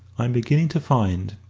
i'm beginning to find,